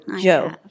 Joe